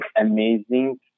amazing